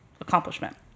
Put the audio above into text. accomplishment